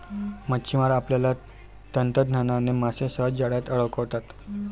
मच्छिमार आपल्या तंत्रज्ञानाने मासे सहज जाळ्यात अडकवतात